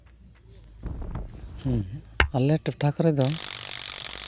ᱟᱞᱮ ᱴᱚᱴᱷᱟ ᱠᱚᱨᱮ ᱫᱚ